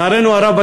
לצערנו הרב,